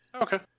Okay